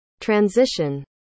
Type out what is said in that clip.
transition